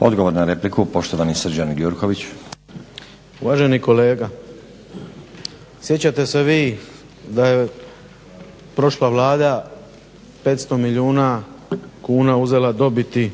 Odgovor na repliku, poštovani Srđan Gjurković. **Gjurković, Srđan (HNS)** Uvaženi kolega, sjećate se vi da je prošla Vlada 500 milijuna kuna uzeli dobiti